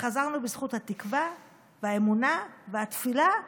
וחזרנו בזכות התקווה, והאמונה, והתפילה,